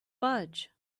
fudge